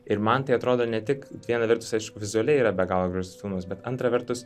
ir man tai atrodo ne tik viena vertus aišku vizualiai yra be galo gražus filmas bet antra vertus